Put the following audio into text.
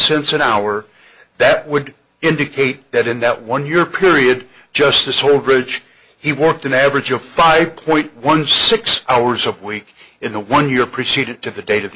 cents an hour that would indicate that in that one year period just the sole bridge he worked an average of five point one six hours a week in the one year proceeded to the date of